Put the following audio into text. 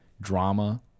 drama